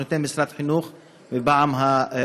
שמשרד החינוך נותן בפעם הראשונה,